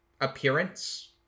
appearance